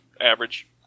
average